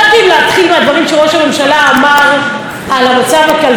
מהדברים שראש הממשלה אמר על המצב הכלכלי.